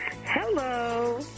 Hello